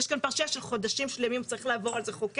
יש כאן פרשיה של חודשים שלמים צריך לעבור על זה חוקר,